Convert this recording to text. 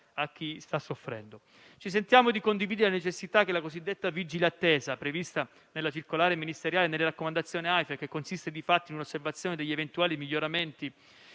Ci sentiamo di condividere la necessità che la cosiddetta «vigile attesa», prevista nella circolare ministeriale e nelle raccomandazioni AIFA, che consiste di fatto in un'osservazione degli eventuali miglioramenti